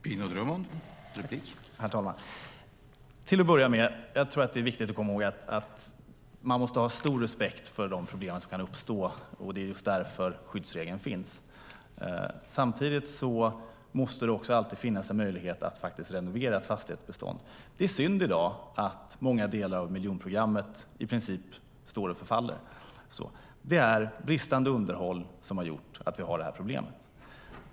Herr talman! Till att börja med tror jag att det är viktigt att komma ihåg att man måste ha stor respekt för de problem som kan uppstå. Det är just därför skyddsregeln finns. Samtidigt måste det alltid finnas en möjlighet att renovera ett fastighetsbestånd. Det är synd att många delar av miljonprogrammet i dag i princip står och förfaller. Det är bristande underhåll som har gjort att vi har detta problem.